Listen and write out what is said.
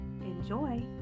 enjoy